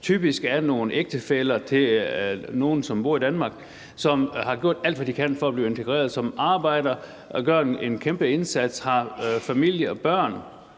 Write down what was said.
typisk er det nogle ægtefæller til nogle, som bor i Danmark, som har gjort alt, hvad de kan for at blive integreret, og som arbejder og gør en kæmpe indsats og har familie og børn.